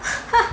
!huh!